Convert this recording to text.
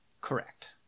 Correct